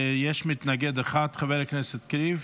יש מתנגד אחד, חבר הכנסת קריב.